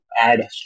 add